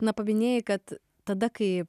na paminėjai kad tada kai